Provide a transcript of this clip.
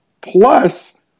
Plus